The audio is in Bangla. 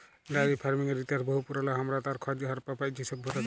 ডায়েরি ফার্মিংয়ের ইতিহাস বহু পুরল, হামরা তার খজ হারাপ্পা পাইছি সভ্যতা থেক্যে